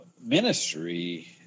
ministry